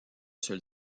seul